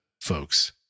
folks